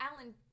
Alan